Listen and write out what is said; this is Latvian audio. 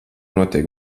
notiek